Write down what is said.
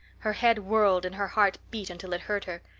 her head whirled and her heart beat until it hurt her.